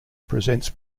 presents